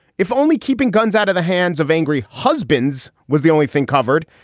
if only keeping guns out of the hands of angry husbands was the only thing covered.